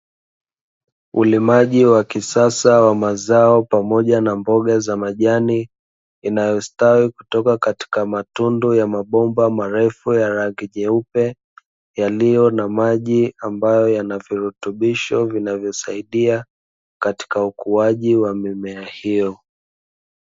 Ulimaji wa kisasa wa mazao pamoja na mboga za majani inayostawi kutoka katika matundu ya mabomba marefu ya rangi nyeupe, yaliyo na maji ambayo yana virutubisho vinavyosaidia katika ukuaji wa mimea hiyo.